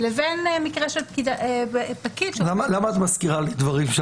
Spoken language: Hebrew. לבין מקרה של פקיד --- למה את מזכירה לי דברים של